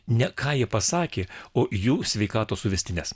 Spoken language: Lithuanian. ne ką ji pasakė o jų sveikatos suvestines